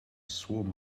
swarm